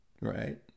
right